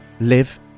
live